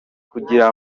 kugira